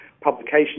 publication